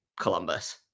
Columbus